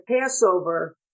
Passover